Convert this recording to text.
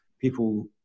people